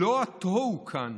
"לא התוהו כאן